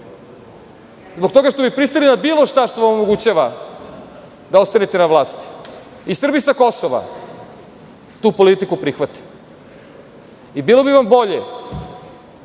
zbog toga što bi pristali na bilo šta što vam omogućava da ostanete na vlasti, i Srbi sa Kosova tu politiku prihvate. Bilo bi vam bolje